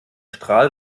strahl